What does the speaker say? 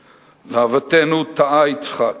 להוותנו, טעה יצחק.